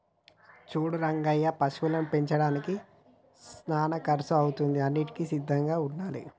సూడు రంగయ్య పశువులను పెంచడానికి సానా కర్సు అవుతాది అన్నింటికీ సిద్ధంగా ఉండాలే